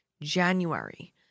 January